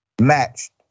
matched